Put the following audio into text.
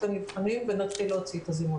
הנבחנים ונתחיל להוציא את הזימונים.